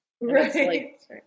Right